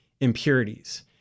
impurities